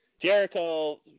Jericho